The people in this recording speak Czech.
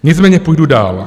Nicméně půjdu dál.